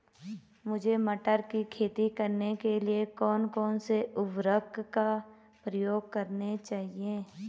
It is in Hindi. मुझे मटर की खेती करने के लिए कौन कौन से उर्वरक का प्रयोग करने चाहिए?